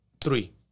three